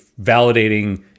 validating